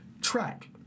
Track